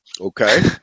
okay